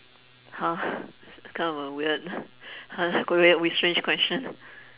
[huh] kind of a weird weird we switch question